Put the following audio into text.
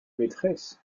maîtresses